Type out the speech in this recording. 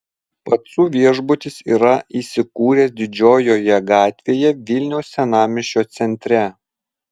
pacų viešbutis yra įsikūręs didžiojoje gatvėje vilniaus senamiesčio centre